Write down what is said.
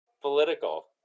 political